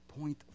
point